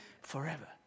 forever